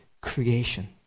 creation